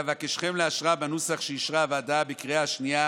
ואבקשכם לאשרה בנוסח שאישרה הוועדה בקריאה השנייה